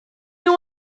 you